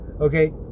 okay